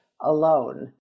alone